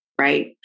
right